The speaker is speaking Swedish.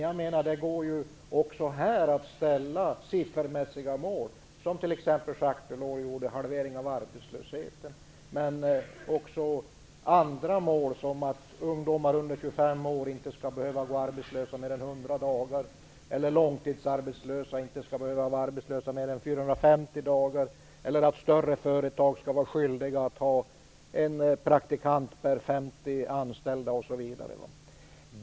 Jag menar dock att det även här går att sätta upp mål i form av siffror. Det gjorde ju t.ex. Jacques Delors i fråga om halveringen av arbetslösheten. Andra mål skulle kunna vara att ungdomar under 25 år inte skall behöva gå arbetslösa mer än 100 dagar, att långtidsarbetslösa inte skall behöva vara arbetslösa i mer än 450 dagar, att större företag skall vara skyldiga att ha en praktikant per 50 anställda osv.